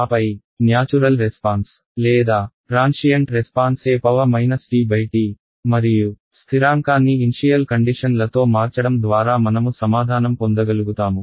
ఆపై natural response లేదా transient response e tT మరియు స్థిరాంకాన్ని ఇన్షియల్ కండిషన్ లతో మార్చడం ద్వారా మనము సమాధానం పొందగలుగుతాము